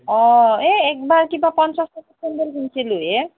অঁ এই একবাৰ কিবা পঞ্চাছ টকাৰ চেণ্ডেল কিনিছিলোঁ হে